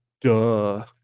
Duh